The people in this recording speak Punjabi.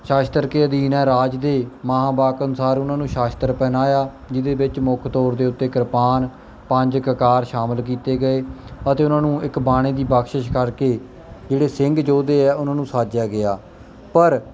ਸ਼ਾਸਤਰ ਕੇ ਅਧੀਨ ਹੈ ਰਾਜ ਦੇ ਮਹਾਂ ਵਾਕ ਅਨੁਸਾਰ ਉਹਨਾਂ ਨੂੰ ਸ਼ਾਸਤਰ ਪਹਿਨਾਇਆ ਜਿਹਦੇ ਵਿੱਚ ਮੁੱਖ ਤੌਰ ਦੇ ਉੱਤੇ ਕਿਰਪਾਨ ਪੰਜ ਕਕਾਰ ਸ਼ਾਮਿਲ ਕੀਤੇ ਗਏ ਅਤੇ ਉਹਨਾਂ ਨੂੰ ਇੱਕ ਬਾਣੇ ਦੀ ਬਖਸ਼ਿਸ਼ ਕਰਕੇ ਜਿਹੜੇ ਸਿੰਘ ਯੋਧੇ ਆ ਉਹਨਾਂ ਨੂੰ ਸਾਜਿਆ ਗਿਆ ਪਰ